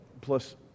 plus